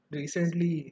recently